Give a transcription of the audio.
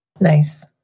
Nice